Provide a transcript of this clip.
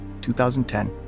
2010